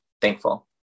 thankful